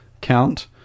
count